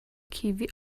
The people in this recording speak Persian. کیوی